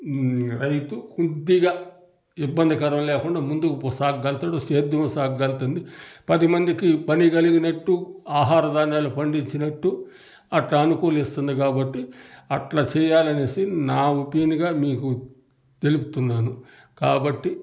రైతు కొద్దిగా ఇబ్బందికరం లేకుండా ముందుకి పో సాగ్గలుగుతాడు సేద్యమూ సాగ్గలుగుతుంది పది మందికి పని కలిగినట్టు ఆహార ధాన్యాలు పండిచ్చినట్టు అట్ల అనుకూలిస్తుంది కాబట్టి అట్లా చెయ్యాలనేసి నా ఒపీనియన్గా మీకు తెలుపుతున్నాను కాబట్టి